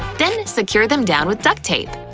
then secure them down with duct tape.